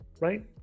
right